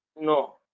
No